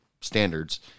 standards